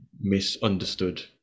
misunderstood